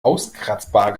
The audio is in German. auskratzbar